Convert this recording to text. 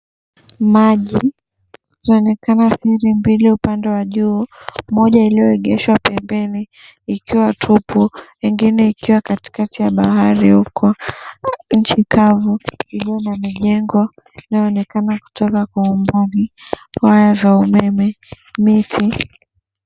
Maji inaonekana feri mbili upande wa juu, moja iliyoegeshwa pembeni ikiwa tupu, ingine ikiwa kati kati ya bahari. Uko nchi kavu iliyo na mijengo inayoonekana kutoka kwa umbali, waya za umeme, miti.